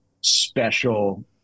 special